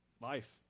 life